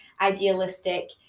idealistic